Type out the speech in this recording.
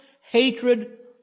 hatred